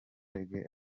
reggae